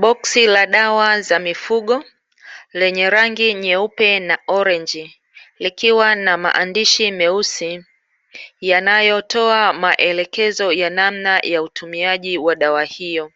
Boksi la dawa za mifugo lenye rangi nyeupe na orenji, likiwa na maandishi meusi, yanayotoa maelekezo ya namna ya utumiaji wa dawa hiyo,